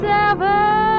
Seven